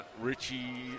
Richie